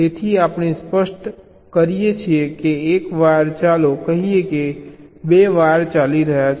તેથી આપણે સ્પષ્ટ કરીએ છીએ કે એક વાયર ચાલો કહીએ કે 2 વાયર ચાલી રહ્યા છે